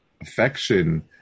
affection